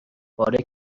پاره